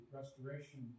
restoration